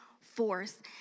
force